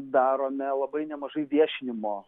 darome labai nemažai viešinimo